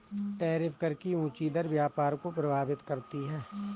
tariff कर की ऊँची दर व्यापार को प्रभावित करती है